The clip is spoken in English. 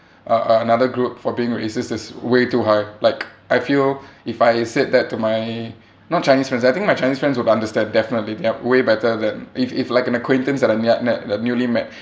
uh another group for being racist is way too high like I feel if I said that to my not chinese friends I think my chinese friends would understand definitely they're way better than if if like an acquaintance that I never met that newly met